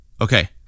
Okay